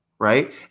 right